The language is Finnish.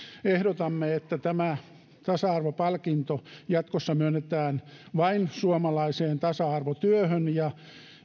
ehdotamme että tämä tasa arvopalkinto jatkossa myönnetään vain suomalaiseen tasa arvotyöhön ja